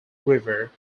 river